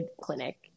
clinic